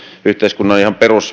ihan